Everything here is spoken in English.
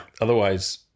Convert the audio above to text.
Otherwise